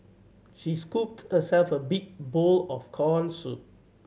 she scooped herself a big bowl of corn soup